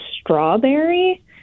strawberry